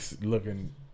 looking